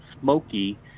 smoky